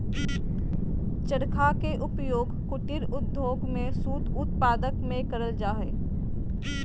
चरखा के उपयोग कुटीर उद्योग में सूत उत्पादन में करल जा हई